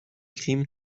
crime